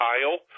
Kyle